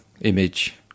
image